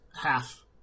half